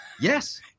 Yes